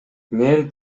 мен